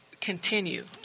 continue